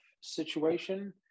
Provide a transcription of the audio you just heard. situation